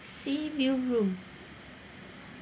sea view room